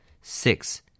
Six